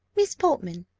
miss portman,